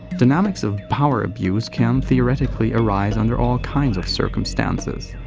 dynamics of power abuse can theoretically arise under all kinds of circumstances,